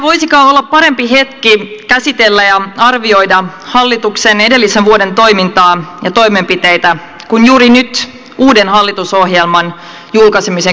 mikä voisikaan olla parempi hetki käsitellä ja arvioida hallituksen edellisen vuoden toimintaa ja toimenpiteitä kuin juuri nyt uuden hallitusohjelman julkaisemisen kynnyksellä